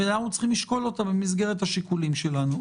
ואנחנו צריכים לשקול אותה במסגרת השיקולים שלנו.